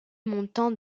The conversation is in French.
montant